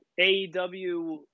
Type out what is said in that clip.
AEW